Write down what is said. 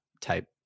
type